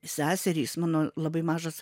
seserys mano labai mažas